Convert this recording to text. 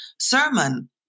sermon